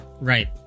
Right